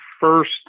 first